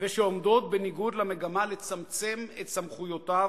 ושעומדות בניגוד למגמה לצמצם את סמכויותיו,